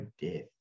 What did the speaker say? death